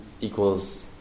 equals